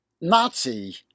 Nazi